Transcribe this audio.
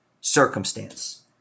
circumstance